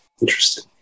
Interesting